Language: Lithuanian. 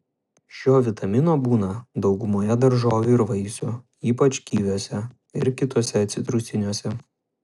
šio vitamino būna daugumoje daržovių ir vaisių ypač kiviuose ir kituose citrusiniuose